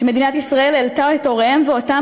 שמדינת ישראל העלתה את הוריהם ואותם